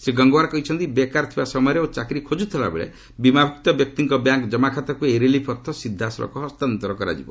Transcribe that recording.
ଶ୍ରୀ ଗଙ୍ଗଓ୍ୱାର କହିଛନ୍ତି ବେକାର ଥିବା ସମୟରେ ଓ ଚାକିରି ଖୋଜ୍ରଥିବା ବେଳେ ବୀମାଭ୍ତକ୍ତ ବ୍ୟକ୍ତିଙ୍କ ବ୍ୟାଙ୍କ୍ ଜମାଖାତାକୁ ଏହି ରିଲିଫ୍ ଅର୍ଥ ସିଧାସଳଖ ହସ୍ତାନ୍ତର କରାଯିବ